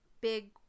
big